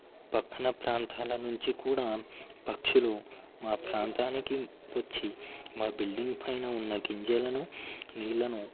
పక్కన ప్రాంతాల నుంచి కూడా పక్షులు మా ప్రాంతానికి వచ్చి మా బిల్డింగ్ పైన ఉన్న గింజలను నీళ్లను